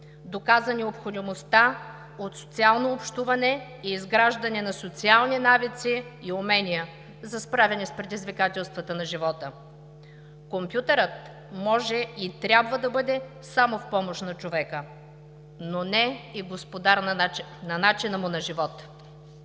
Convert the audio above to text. доказа необходимостта от социално общуване и изграждане на социални навици и умения за справяне с предизвикателствата на живота. Компютърът може и трябва да бъде само в помощ на човека, но не и господар на начина му на живот.